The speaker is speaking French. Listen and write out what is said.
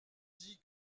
dit